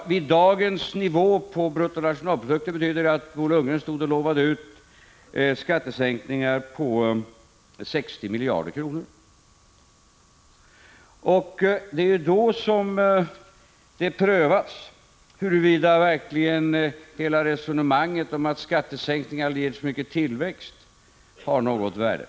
Vid dagens nivå på BNP betyder det att Bo Lundgren stod och lovade ut skattesänkningar på 60 miljarder kronor. Det är då det prövas huruvida resonemanget om att skattesänkningar leder till tillväxt har något värde.